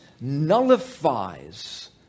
nullifies